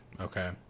Okay